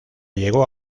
llegó